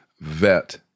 vet